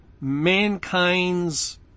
mankind's